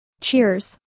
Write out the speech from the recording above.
Cheers